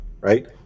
right